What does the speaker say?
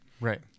Right